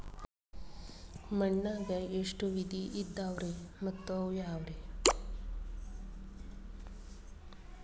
ಮಣ್ಣಾಗ ಎಷ್ಟ ವಿಧ ಇದಾವ್ರಿ ಮತ್ತ ಅವು ಯಾವ್ರೇ?